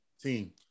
team